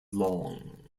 long